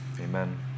amen